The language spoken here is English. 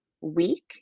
week